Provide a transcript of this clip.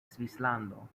svislando